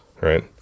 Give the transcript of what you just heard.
right